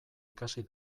ikasi